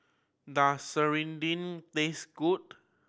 does serunding taste good